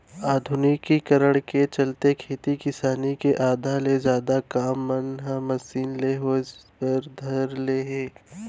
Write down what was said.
आधुनिकीकरन के चलते खेती किसानी के आधा ले जादा काम मन ह मसीन ले होय बर धर ले हे